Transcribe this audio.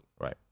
Right